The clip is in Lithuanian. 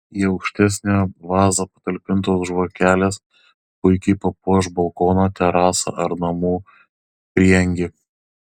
į aukštesnę vazą patalpintos žvakelės puikiai papuoš balkoną terasą ar namų prieangį